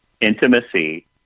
Intimacy